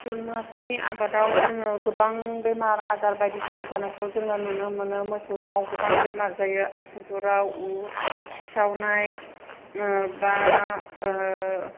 जुनारफोरनि आबादाव जोङो गोबां बेमार आजार बायदिसिना जानायखौ जोङो नुनो मोनो मोसौनाव गोबां बेमार जायो आसुगुराव खिसावनाय एबा